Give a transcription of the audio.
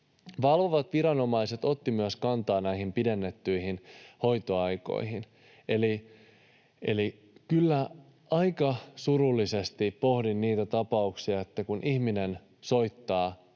Valvovat viranomaiset ottivat myös kantaa näihin pidennettyihin hoitoaikoihin. Eli kyllä aika surullisesti pohdin niitä tapauksia, kun ihminen soittaa